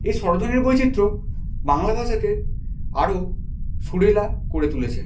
এই স্বরধ্বনির বৈচিত্র্য বাংলা ভাষাকে আরও সুরেলা করে তুলেছে